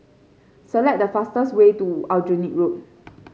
select the fastest way to Aljunied Road